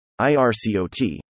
IRCOT